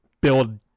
build